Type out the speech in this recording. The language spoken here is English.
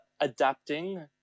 adapting